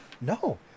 No